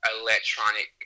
electronic